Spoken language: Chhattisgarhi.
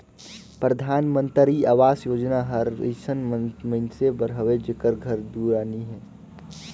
परधानमंतरी अवास योजना हर अइसन मइनसे बर हवे जेकर घर दुरा नी हे